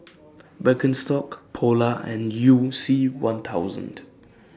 Birkenstock Polar and YOU C one thousand